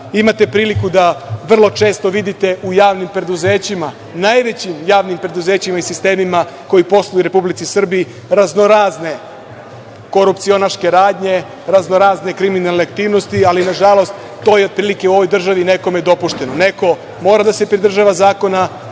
imate priliku da vrlo često vidite u javnim preduzećima, najvećim javnim preduzećima i sistemima koji posluju u Republici Srbiji raznorazne korupcionaške radnje, raznorazne kriminalne aktivnosti, ali na žalost, to je otprilike u ovoj državi nekome dopušteno. Neko mora da se pridržava zakona,